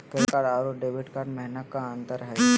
Credit card अरू debit card महिना का अंतर हई?